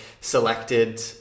selected